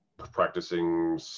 practicing